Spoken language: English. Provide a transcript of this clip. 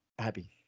happy